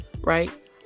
right